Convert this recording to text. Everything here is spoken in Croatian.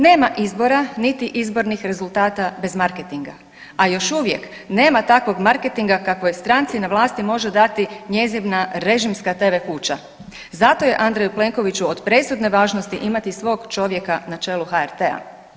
Nema izbora niti izbornih rezultata bez marketinga, a još uvijek nema takvog marketinga kakvoj stranci na vlasti može dati njezina režimska TV kuća, zato je Andreju Plenkoviću od presudne važnosti imati svog čovjeka na čelu HRT-a.